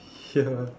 here